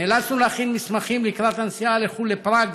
נאלצנו להכין מסמכים לקראת הנסיעה לחו"ל, לפראג.